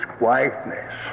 quietness